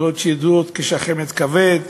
מחלות שידועות כשחמת כבד,